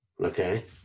Okay